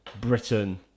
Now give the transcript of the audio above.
Britain